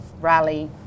rally